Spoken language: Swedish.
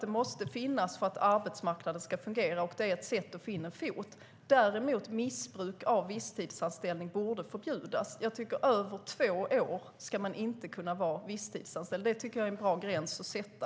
De måste finnas för att arbetsmarknaden ska fungera, och det är ett sätt att få in en fot. Däremot borde missbruk av visstidsanställning förbjudas. Man ska inte kunna vara visstidsanställd i över två år. Det är en bra gräns att sätta.